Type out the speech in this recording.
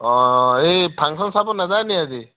অ' এই ফাংচন চাব নাযায় নেকি আজি